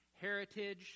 heritage